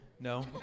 no